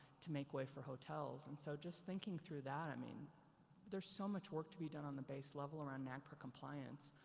to make way for hotels. and so, just thinking through that, i mean there's so much work to be done on the base level around nacra compliance.